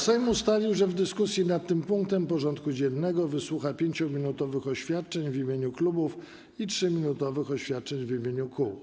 Sejm ustalił, że w dyskusji nad tym punktem porządku dziennego wysłucha 5-minutowych oświadczeń w imieniu klubów i 3-minutowych oświadczeń w imieniu kół.